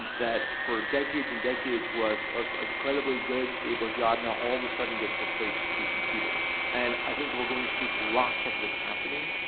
that for decades and decades was ah incredibly good, stable job. now, all of a sudden, gets replaced through computers. and i think we're going to see lots of these happening.